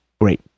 Great